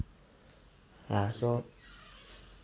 ya so